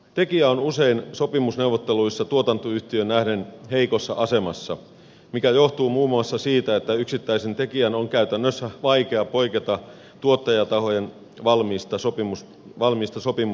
tekijä on sopimusneuvotteluissa usein tuotantoyhtiöön nähden heikossa asemassa mikä johtuu muun muassa siitä että yksittäisen tekijän on käytännössä vaikea poiketa tuottajatahojen valmiista sopimuspohjista